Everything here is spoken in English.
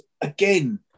again